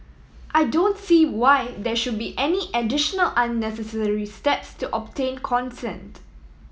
I don't see why there should be any additional unnecessary steps to obtain consent